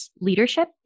leadership